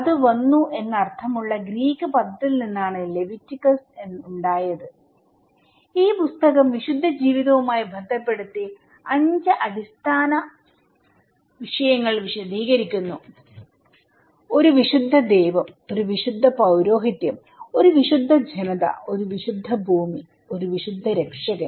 അത് വന്നു എന്നർത്ഥമുള്ള ഗ്രീക്ക് പദത്തിൽ നിന്നാണ് ലെവിറ്റിക്കസ്ഉണ്ടായത്ഈ പുസ്തകം വിശുദ്ധജീവിതവുമായി ബന്ധപ്പെടുത്തി അഞ്ച് അടിസ്ഥാന വിഷയങ്ങൾ വിശദീകരിക്കുന്നു ഒരു വിശുദ്ധ ദൈവം ഒരു വിശുദ്ധ പൌരോഹിത്യം ഒരു വിശുദ്ധ ജനത ഒരു വിശുദ്ധ ഭൂമി ഒരു വിശുദ്ധ രക്ഷകൻ